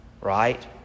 right